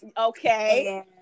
okay